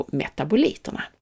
metaboliterna